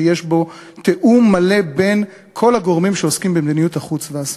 שיש בו תיאום מלא בין כל הגורמים שעוסקים במדיניות החוץ וההסברה.